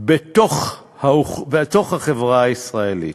בתוך החברה הישראלית.